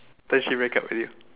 then she break up with you